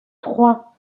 trois